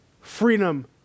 Freedom